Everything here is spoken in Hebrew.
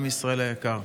עם ישראל היקר,